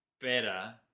better